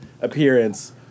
appearance